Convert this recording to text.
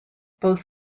both